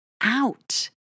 out